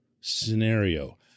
scenario